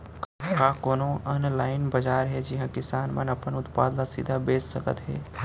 का कोनो अनलाइन बाजार हे जिहा किसान मन अपन उत्पाद ला सीधा बेच सकत हे?